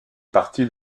partie